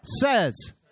says